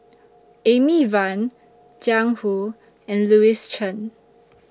Amy Van Jiang Hu and Louis Chen